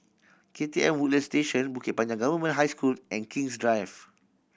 K T M Woodlands Station Bukit Panjang Government High School and King's Drive